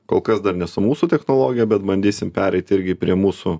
kol kas dar ne su mūsų technologija bet bandysim pereit irgi prie mūsų